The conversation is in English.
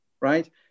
right